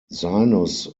sinus